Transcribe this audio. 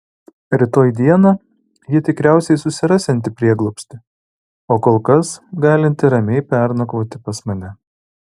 rytoj dieną ji tikriausiai susirasianti prieglobstį o kol kas galinti ramiai pernakvoti pas mane